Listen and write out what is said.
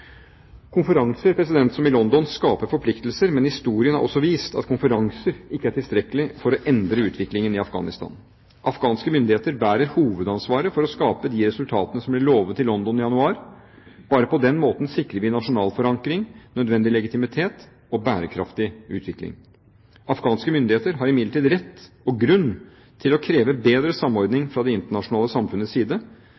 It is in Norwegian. som i London, skaper forpliktelser, men historien har også vist at konferanser ikke er tilstrekkelig for å endre utviklingen i Afghanistan. Afghanske myndigheter bærer hovedansvaret for å skape de resultatene som ble lovet i London i januar. Bare på den måten sikrer vi nasjonal forankring, nødvendig legitimitet og bærekraftig utvikling. Afghanske myndigheter har imidlertid rett og grunn til å kreve bedre samordning